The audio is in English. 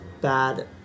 bad